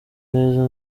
neza